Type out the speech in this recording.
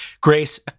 Grace